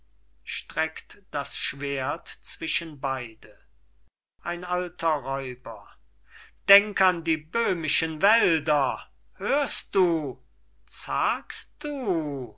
ein alter räuber denk an die böhmischen wälder hörst du zagst du